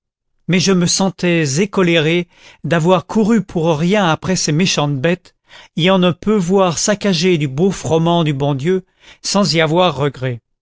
mais je me sentais écoléré d'avoir couru pour rien après ces méchantes bêtes et on ne peut voir saccager du beau froment du bon dieu sans y avoir regret